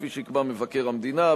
כפי שיקבע מבקר המדינה.